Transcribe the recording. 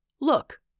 Look